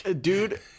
Dude